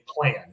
plan